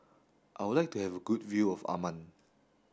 I would like to have a good view of Amman